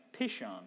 Pishon